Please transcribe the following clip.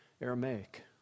Aramaic